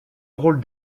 rôle